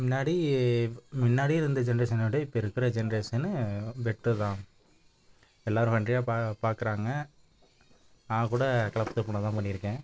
முன்னாடி முன்னாடி இருந்த ஜென்ரேஷனை விட இப்போ இருக்கிற ஜென்ரேஷன்னு பெட்டர் தான் எல்லாரும் வெண்ட்ரியா பா பார்க்கறாங்க நான் கூட கலப்பு திருமணம் தான் பண்ணிருக்கேன்